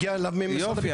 יופי,